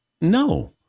no